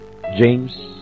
James